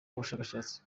ubushakashatsi